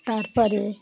তার পরে